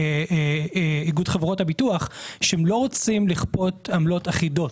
איגוד חברות הביטוח לא רוצים לכפות עמלות אחידות.